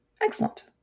Excellent